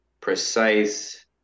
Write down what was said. precise